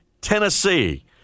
Tennessee